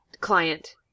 client